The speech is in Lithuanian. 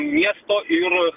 miesto ir